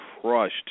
crushed